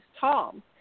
Tom